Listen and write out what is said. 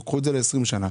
קחו את זה ל-20 שנה.